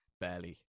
barely